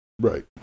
Right